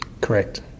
Correct